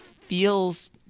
feels